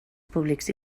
públics